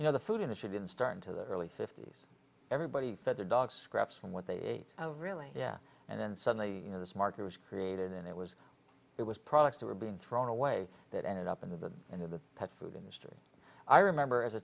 you know the food industry didn't start until the early fifty's everybody for their dog scraps from what they ate of really yeah and then suddenly you know this market was created and it was it was products that were being thrown away that ended up in the end of the pet food industry i remember as a